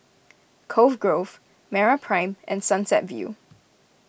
Cove Grove MeraPrime and Sunset View